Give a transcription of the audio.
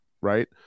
right